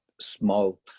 small